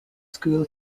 school